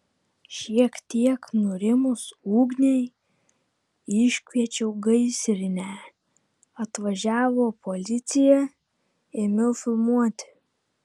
šiek tiek nurimus ugniai iškviečiau gaisrinę atvažiavo policija ėmiau filmuoti